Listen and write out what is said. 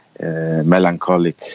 melancholic